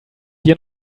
dir